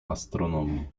astronomii